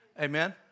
Amen